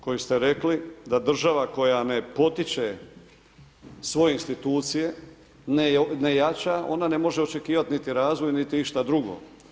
Koju ste rekli da država koja ne potiče svoje institucije, ne jača, ona ne može očekivati niti razvoj, niti išta drugo.